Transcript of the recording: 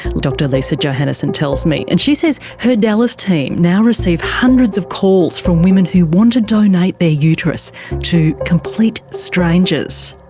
dr liza johannesson tells me, and she says her dallas team now receive hundreds of calls from women who want to donate their uterus to complete strangers.